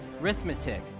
Arithmetic